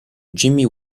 jimmy